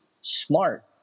smart